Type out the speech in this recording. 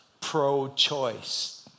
pro-choice